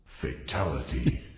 Fatality